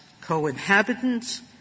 co-inhabitants